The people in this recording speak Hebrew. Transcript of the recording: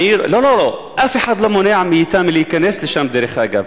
לא, לא, אף אחד לא מונע מהם להיכנס לשם, דרך אגב.